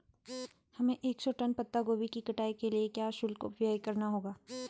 हमें एक सौ टन पत्ता गोभी की कटाई के लिए क्या शुल्क व्यय करना होगा?